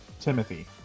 Timothy